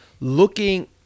looking